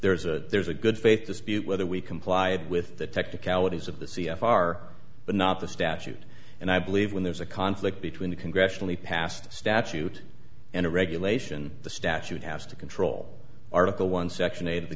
there's a there's a good faith dispute whether we comply with the technicalities of the c f r but not the statute and i believe when there's a conflict between the congressionally passed a statute and a regulation the statute has to control article one section eight of the